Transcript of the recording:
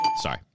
Sorry